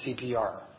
CPR